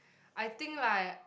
I think like